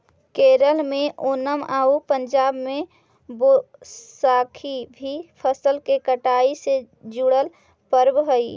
केरल में ओनम आउ पंजाब में बैसाखी भी फसल के कटाई से जुड़ल पर्व हइ